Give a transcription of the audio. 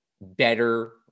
better